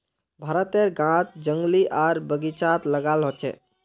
भारतेर गाछ जंगली आर बगिचात लगाल होचे